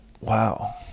wow